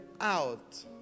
out